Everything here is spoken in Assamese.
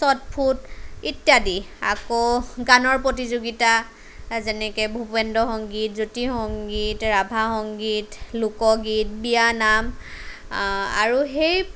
চট্ফুট ইত্যাদি আকৌ গানৰ প্ৰতিযোগিতা যেনেকে ভুপেন্দ্ৰ সংগীত জ্যোতিৰ সংগীত ৰাভা সংগীত লোকগীত বিয়া নাম আৰু সেই